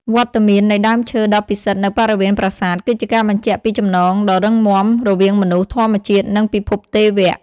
វត្តមាននៃដើមឈើដ៏ពិសិដ្ឋនៅបរិវេណប្រាសាទ គឺជាការបញ្ជាក់ពី ចំណងដ៏រឹងមាំរវាងមនុស្ស ធម្មជាតិ និងពិភពទេវៈ។